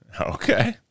Okay